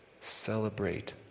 celebrate